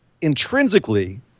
intrinsically